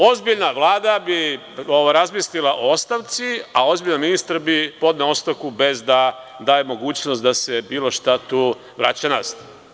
Ozbiljna vlada bi razmislila o ostavci, a ozbiljan ministar bi podneo ostavku bez da daje mogućnost da se bilo šta tu vraća nazad.